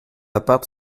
appart